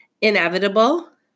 inevitable